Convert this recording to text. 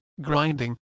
grinding